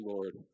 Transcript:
Lord